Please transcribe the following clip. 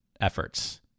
efforts